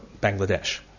Bangladesh